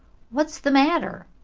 what's the matter?